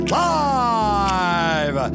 live